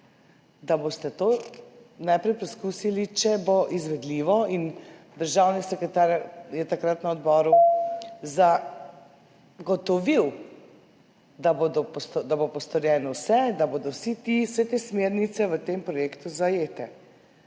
da boste to najprej poskusili, če bo izvedljivo in državni sekretar je takrat na odboru zagotovil, da bo storjeno vse, da bodo vse te smernice v tem projektu zajete.